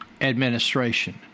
administration